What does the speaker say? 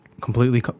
completely